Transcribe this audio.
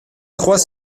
trois